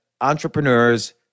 entrepreneurs